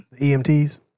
EMTs